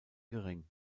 gering